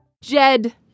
Jed